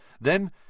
Then